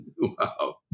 Wow